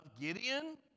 Gideon